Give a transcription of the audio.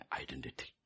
identity